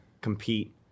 compete